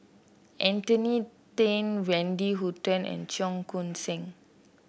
Anthony Then Wendy Hutton and Cheong Koon Seng